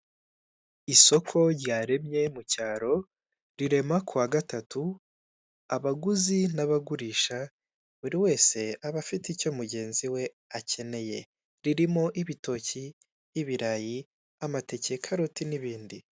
Isoko ryaremye mu cyaro, rirema ku wagatatu, abaguzi n'abagurisha buri wese aba afite icyo mugenzi we akeneye, ririmo ibitoki, ibirayi amateke, karoti n'ibindi.